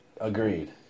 agreed